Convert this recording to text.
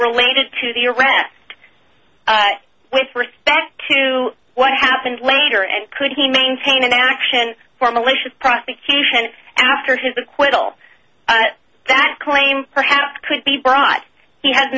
related to the arrest with respect to what happened later and could he maintain an action for malicious prosecution after his acquittal but that claim perhaps could be brought he has